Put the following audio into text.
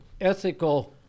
ethical